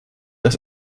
das